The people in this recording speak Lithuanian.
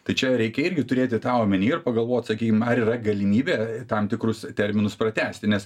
tai čia reikia irgi turėti tą omeny ir pagalvot sakym ar yra galimybė tam tikrus terminus pratęsti nes